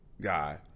guy